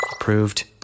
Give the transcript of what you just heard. approved